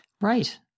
Right